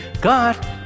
God